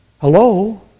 Hello